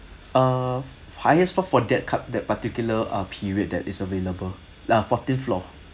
uh highest floor for that cut that particular ah period that is available ya fourteenth floor